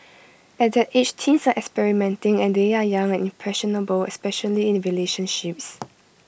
at that age teens are experimenting and they are young and impressionable especially in relationships